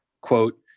quote